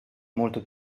molto